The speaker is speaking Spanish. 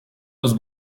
los